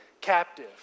captive